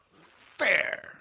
Fair